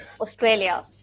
Australia